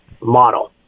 model